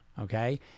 Okay